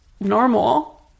normal